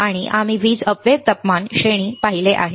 तर एक कालावधी आम्ही वीज अपव्यय तापमान श्रेणी पाहिले आहे